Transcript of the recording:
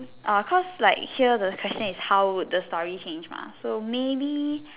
orh cause like here the question is how would the story change mah so maybe